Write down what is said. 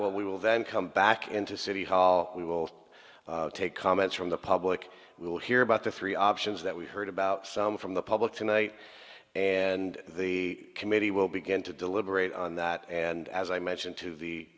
will we will then come back into city hall we will take comments from the public will hear about the three options that we heard about from the public tonight and the committee will begin to deliberate on that and as i mentioned to the